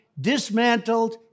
dismantled